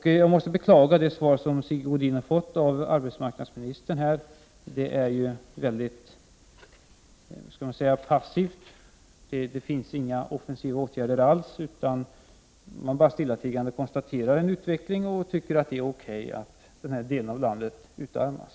Jag beklagar det svar som Sigge Godin fått av arbetsmarknadsministern. Det är ju mycket passivt. Det nämns inte några offensiva åtgärder i svaret, utan man konstaterar bara stillatigande utvecklingen och tycker att det är okej att denna del av landet utarmas.